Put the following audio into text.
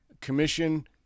commission